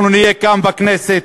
אנחנו נהיה כאן, בכנסת,